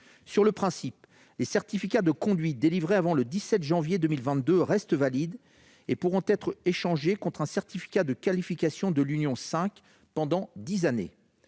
Sur le principe, les certificats de conduite délivrés avant le 17 janvier 2022 restent valides et pourront être échangés contre un certificat de qualification de niveau 5 pendant dix ans.